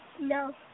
No